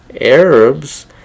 Arabs